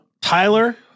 Tyler